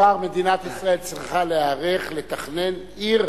מדינת ישראל צריכה להיערך לתכנן עיר